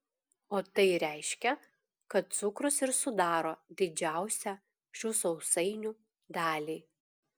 o tai reiškia kad cukrus ir sudaro didžiausią šių sausainių dalį